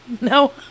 No